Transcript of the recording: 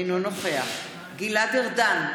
אינו נוכח גלעד ארדן,